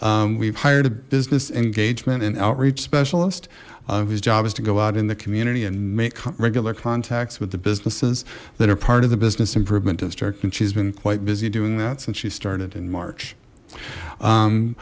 year we've hired a business engagement and outreach specialist of his job is to go out in the community and make regular contacts with the businesses that are part of the business improvement district and she's been quite busy doing that since she started in march